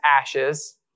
ashes